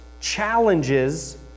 challenges